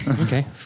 Okay